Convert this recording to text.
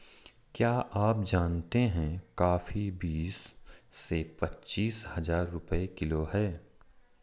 क्या आप जानते है कॉफ़ी बीस से पच्चीस हज़ार रुपए किलो है?